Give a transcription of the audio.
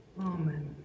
Amen